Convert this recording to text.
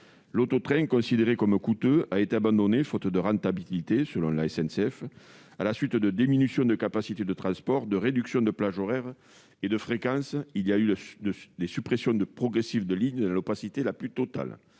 L'auto-train, considéré comme coûteux, a été abandonné faute de rentabilité, selon la SNCF, à la suite de diminutions de capacités de transport, de réductions de plages horaires et de fréquences. Il y a eu des suppressions progressives de lignes dans l'opacité la plus totale.